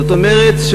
זאת אומרת,